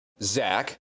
Zach